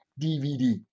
DVD